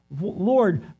Lord